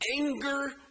anger